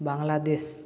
Bangladesh